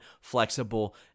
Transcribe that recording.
flexible